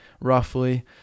roughly